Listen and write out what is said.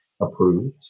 approved